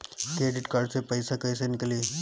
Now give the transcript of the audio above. Credit card से पईसा केइसे निकली?